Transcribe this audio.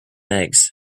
eggs